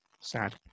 Sad